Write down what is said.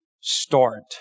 start